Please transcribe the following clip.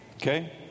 okay